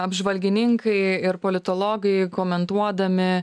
apžvalgininkai ir politologai komentuodami